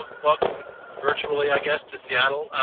ah welcome virtually, i guess to seattle.